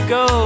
go